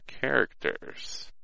characters